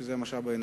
שזה המשאב האנושי.